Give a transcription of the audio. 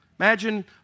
Imagine